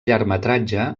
llargmetratge